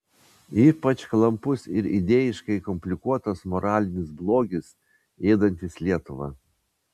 ypač klampus ir idėjiškai komplikuotas moralinis blogis ėdantis lietuvą